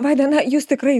vaida na jūs tikrai